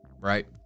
right